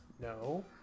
No